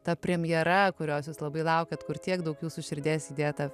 ta premjera kurios jūs labai laukiat kur tiek daug jūsų širdies įdėta